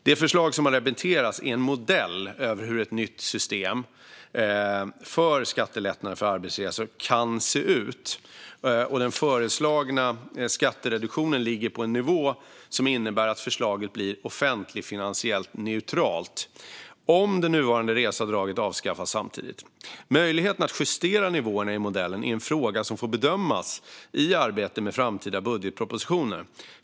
Det förslag som har remitterats är en modell över hur ett nytt system för skattelättnader för arbetsresor kan se ut, och den föreslagna skattereduktionen ligger på en nivå som innebär att förslaget blir offentligfinansiellt neutralt om det nuvarande reseavdraget avskaffas samtidigt. Möjligheten att justera nivåerna i modellen är en fråga som får bedömas i arbetet med framtida budgetpropositioner.